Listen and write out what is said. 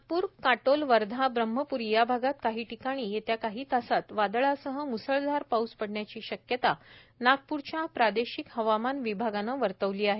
नागपूर काटोल वर्धा ब्रह्मप्री या भागात काही ठिकाणी गडगडाटी वादळासह म्सळधार पाऊस पडण्याची शक्यता नागपूरच्या प्रादेशिक हवामान विभागाने वर्तवली आहे